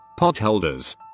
potholders